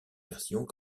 versions